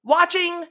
watching